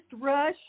rush